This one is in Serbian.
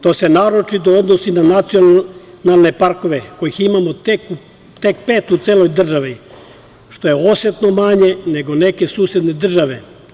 To se naročito odnosi na nacionalne parkove, kojih imamo tek pet u celoj državi, što je osetno manje nego neke susedne države.